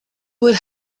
would